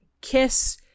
kiss